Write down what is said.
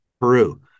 Peru